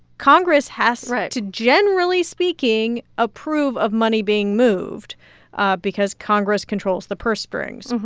congress has to, generally speaking, approve of money being moved because congress controls the purse strings.